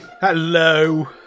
Hello